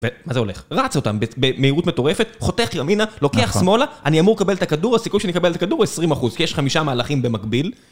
ומה זה הולך? רץ אותם במהירות מטורפת, חותך ימינה, לוקח שמאלה, אני אמור לקבל את הכדור, הסיכוי שאני אקבל את הכדור הוא 20%, כי יש חמישה מהלכים במקביל.